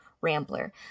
Rambler